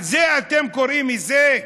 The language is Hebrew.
לזה אתם קוראים הישג?